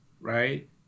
right